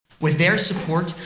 with their support,